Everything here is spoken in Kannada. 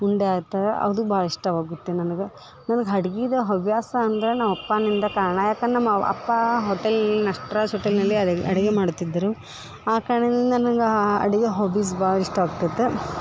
ಉಂಡೆ ಆತ ಅದು ಭಾಳ ಇಷ್ಟವಾಗುತ್ತೆ ನನಗೆ ನನಗೆ ಅಡ್ಗಿದ್ ಹವ್ಯಾಸ ಅಂದ್ರ ನಮ್ಮಪ್ಪನಿಂದ ಕಾರಣ ಯಾಕಂದ್ ನಮ್ಮವ ಅಪ್ಪ ಹೋಟೆಲ್ ನಟರಾಜ್ ಹೋಟೆಲ್ನಲ್ಲಿ ಅಡು ಅಡಿಗೆ ಮಾಡುತಿದ್ದರು ಆ ಕಾರಣದಿಂದ ನಂಗೆ ಆ ಅಡ್ಗೆ ಹಾಬಿಸ್ ಭಾಳ ಇಷ್ಟ ಆಗ್ತಿತ್ತು